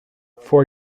for